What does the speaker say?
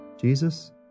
Jesus